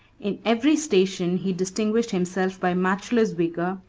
in every station he distinguished himself by matchless valor,